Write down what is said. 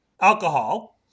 Alcohol